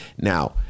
now